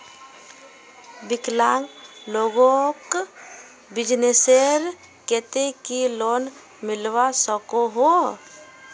विकलांग लोगोक बिजनेसर केते की लोन मिलवा सकोहो?